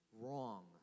wrong